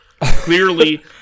Clearly